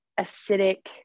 acidic